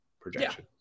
projection